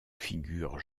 figurent